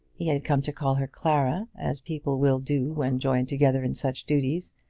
he had come to call her clara, as people will do when joined together in such duties,